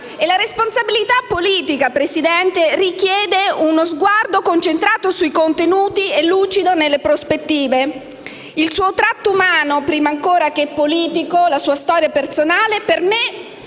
la responsabilità politica, che richiede uno sguardo concentrato sui contenuti e lucido sulle prospettive. Il suo tratto umano, prima ancora che politico, e la sua storia personale, signor